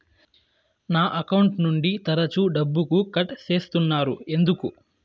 నా అకౌంట్ నుండి తరచు డబ్బుకు కట్ సేస్తున్నారు ఎందుకు